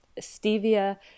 stevia